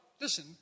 listen